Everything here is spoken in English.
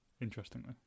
Interestingly